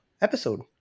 episode